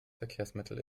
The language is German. verkehrsmittel